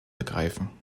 ergreifen